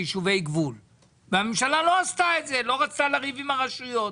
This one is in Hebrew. כי הממשלה לא רצתה לריב עם הרשויות.